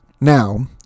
Now